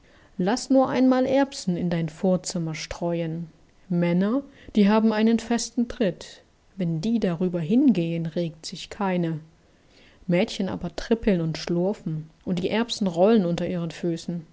laß nur einmal erbsen in dein vorzimmer streuen männer die haben einen festen tritt wenn die darüber hingehen regt sich keine mädchen aber die trippeln und schlurfen und die erbsen rollen unter ihren füßen